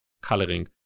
coloring